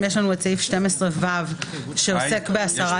יש סעיף 12(ו) שעוסק בהסרת